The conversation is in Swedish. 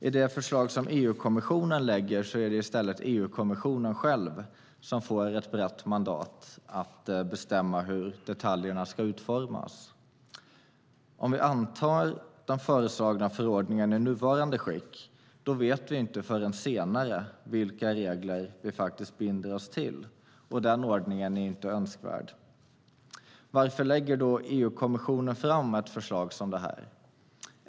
I det förslag som EU-kommissionen lägger fram är det i stället EU-kommissionen själv som får ett brett mandat att bestämma hur detaljerna ska utformas. Om vi antar den föreslagna förordningen i nuvarande skick vet vi inte förrän senare vilka regler vi faktiskt binder oss till. Den ordningen är inte önskvärd. Varför lägger då EU-kommissionen fram ett sådant förslag?